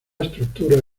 estructura